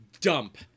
dump